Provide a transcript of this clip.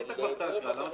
עשית כבר את ההקראה.